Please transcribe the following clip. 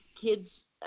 kids